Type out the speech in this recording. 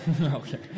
Okay